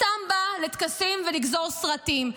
סתם בא לטקסים ולגזור סרטים.